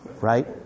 right